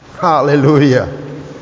Hallelujah